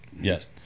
Yes